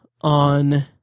on